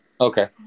Okay